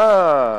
אה,